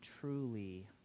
truly